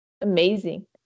amazing